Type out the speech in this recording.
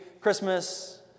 Christmas